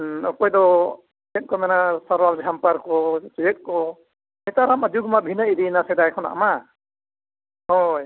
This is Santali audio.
ᱦᱮᱸ ᱚᱠᱚᱭ ᱫᱚ ᱪᱮᱫ ᱠᱚ ᱢᱮᱱᱟ ᱥᱟᱨᱣᱟᱞ ᱡᱷᱟᱢᱯᱟᱨ ᱠᱚ ᱪᱮᱫ ᱠᱚ ᱱᱮᱛᱟᱨᱟᱜ ᱡᱩᱜᱽᱢᱟ ᱵᱷᱤᱱᱟᱹ ᱤᱫᱤᱭᱱᱟ ᱥᱮᱫᱟᱭ ᱠᱷᱚᱱᱟᱜᱢᱟ ᱦᱳᱭ